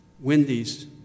Wendy's